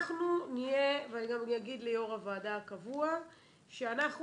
אני גם אגיד ליו"ר הוועדה הקבוע שאנחנו